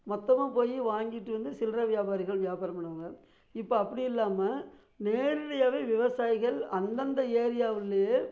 மொத்தமாக போய் வாங்கிட்டு வந்து சில்லறை வியாபாரிகள் வியாபாரம் பண்ணுவாங்க இப்போ அப்படி இல்லாமல் நேரடியாகவே விவசாயிகள் அந்தந்த ஏரியாவுலேயே